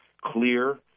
clear